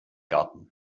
garten